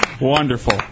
Wonderful